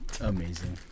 Amazing